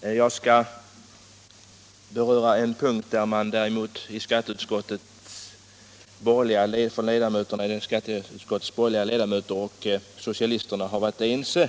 Jag skall beröra en punkt där de borgerliga ledamöterna och socialisterna i skatteutskottet däremot har varit ense.